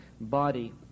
body